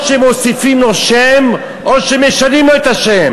או שמוסיפים לו שם, או שמשנים לו את השם.